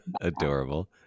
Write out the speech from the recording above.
adorable